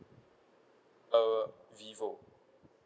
uh vivo